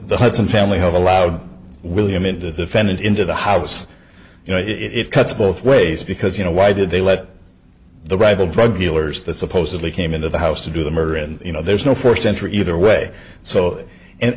the hudson family have allowed william into the fed into the house you know it cuts both ways because you know why did they let the rival drug dealers that supposedly came into the house to do the murder and you know there was no forced entry either way so and